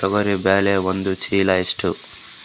ತೊಗರಿ ಬೇಳೆ ಒಂದು ಚೀಲಕ ಎಷ್ಟು?